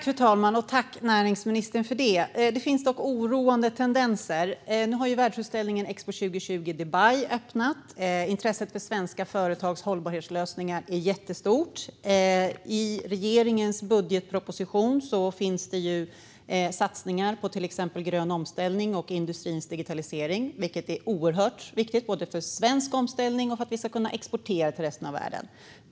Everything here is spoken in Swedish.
Fru talman! Jag tackar näringsministern för detta. Det finns dock oroande tendenser. Nu har världsutställningen Expo 2020 Dubai öppnat, och intresset för svenska företags hållbarhetslösningar är jättestort. I regeringens budgetproposition finns satsningar på till exempel grön omställning och industrins digitalisering, vilket är oerhört viktigt både för svensk omställning och för att vi ska kunna exportera till resten av världen.